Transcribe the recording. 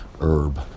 herb